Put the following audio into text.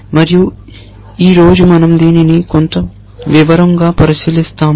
మరియు ఈ రోజు మనం దీనిని కొంత వివరంగా పరిశీలిస్తాము